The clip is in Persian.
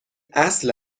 اصل